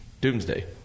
Doomsday